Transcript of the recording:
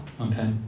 okay